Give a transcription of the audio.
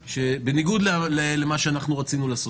בניגוד למה שאנחנו רצינו לעשות.